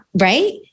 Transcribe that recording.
right